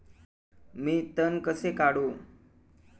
मी तण कसे काढू?